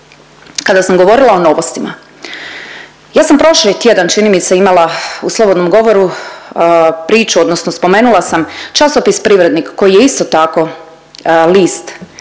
Kada sam govorila o Novostima, ja sam prošli tjedan čini mi se imala u slobodnom govoru priču odnosno spomenula sam časopis Privrednik koji je isto tako list